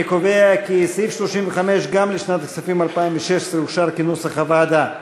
אני קובע כי סעיף 35 גם לשנת הכספים 2016 אושר כנוסח הוועדה.